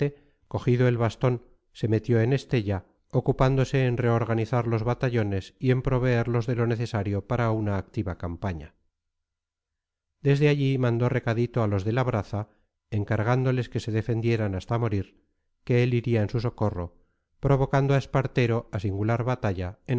cogido el bastón se metió en estella ocupándose en reorganizar los batallones y en proveerlos de lo necesario para una activa campaña desde allí mandó recadito a los de labraza encargándoles que se defendieran hasta morir que él iría en su socorro provocando a espartero a singular batalla